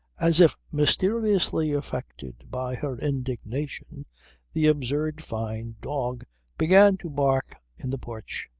as if mysteriously affected by her indignation the absurd fyne dog began to bark in the porch.